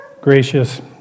Gracious